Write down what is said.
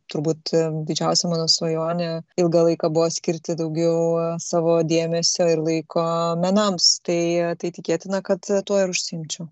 turbūt didžiausia mano svajonė ilgą laiką buvo skirti daugiau savo dėmesio ir laiko menams tai tai tikėtina kad tuo ir užsiimčiau